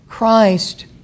Christ